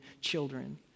children